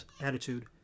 attitude